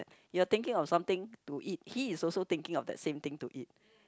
you are thinking of something to eat he is also thinking of the same thing to eat